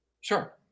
Sure